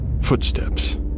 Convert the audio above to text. footsteps